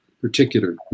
particular